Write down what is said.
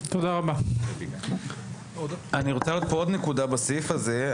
אני רוצה להעלות עוד נקודה בסעיף הזה,